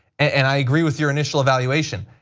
and i agree with your initial evaluation,